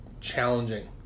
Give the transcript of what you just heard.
challenging